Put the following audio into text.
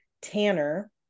tanner